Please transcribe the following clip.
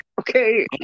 okay